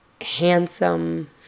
handsome